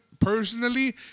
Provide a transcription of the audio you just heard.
personally